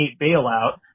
bailout